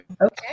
Okay